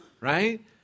right